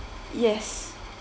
yes